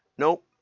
nope